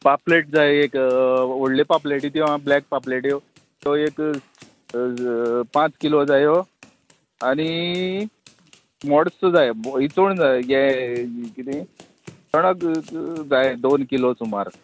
पापलेट जाय एक व्हडल्यो पापलेटी त्यो ब्लॅक पापलेट्यो त्यो एक पांच किलो जायो आनी मोडसो जाय हिचोण जाय हे किदें चणक जाय दोन किलो सुमार